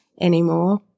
anymore